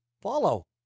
follow